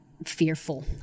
Fearful